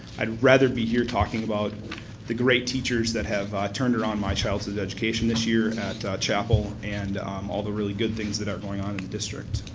i'd rather be here talking about the great teachers that have turned around my child's education this year at chapel and um all the really good things that are going on in the district.